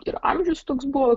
ir amžius toks buvo